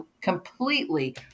completely